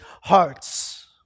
hearts